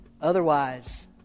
Otherwise